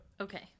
Okay